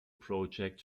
project